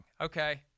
Okay